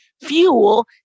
fuel